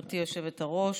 גברתי היושבת-ראש.